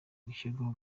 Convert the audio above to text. gushyirwaho